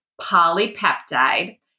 polypeptide